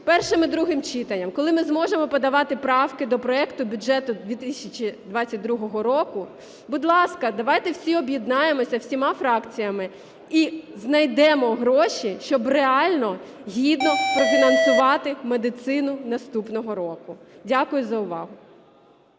першим і другим читанням, коли ми зможемо подавати правки до проекту бюджету 2022 року, будь ласка, давайте всі об'єднаємося, всіма фракціями, і знайдемо гроші, щоб реально гідно профінансувати медицину наступного року. Дякую за увагу.